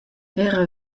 era